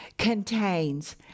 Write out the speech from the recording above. contains